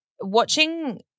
watching